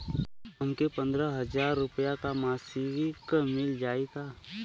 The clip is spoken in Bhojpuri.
हमके पन्द्रह हजार रूपया क मासिक मिल जाई का?